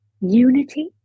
unity